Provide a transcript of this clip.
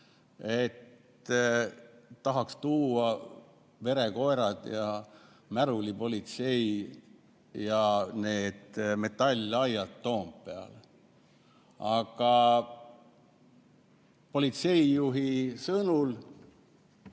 et tahaks tuua verekoerad ja märulipolitsei ja metallaiad Toompeale. Aga politseijuhi sõnul